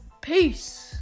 Peace